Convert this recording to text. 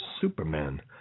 Superman